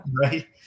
Right